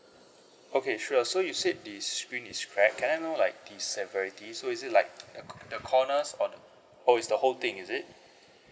okay sure so you said the screen is cracked can I know like the severity so is it like uh the corners or oh is the whole thing is it